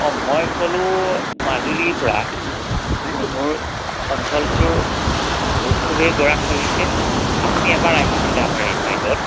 অঁ মই ক'লোঁ মাজুলীৰপৰা মোৰ অঞ্চলটোৰ খুবেই গৰা খহিছে আপুনি এবাৰ আহিছিলে আমাৰ এই চাইডত